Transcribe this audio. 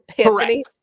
Correct